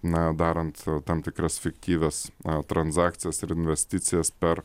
na darant tam tikras fiktyvias transakcijas ir investicijas per